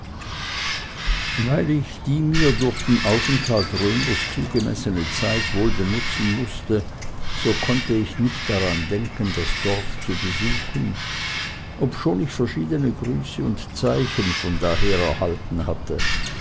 weil ich die mir durch den aufenthalt römers zugemessene zeit wohl benutzen mußte so konnte ich nicht daran denken das dorf zu besuchen obschon ich verschiedene grüße und zeichen von daher erhalten hatte